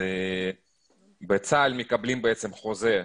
בצה"ל מקבלים חוזה,